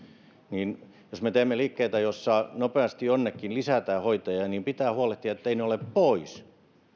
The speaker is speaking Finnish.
niin olen ollut huolissani siitä että jos me teemme liikkeitä joissa nopeasti jonnekin lisätään hoitajia niin pitää huolehtia etteivät ne hoitajat ole pois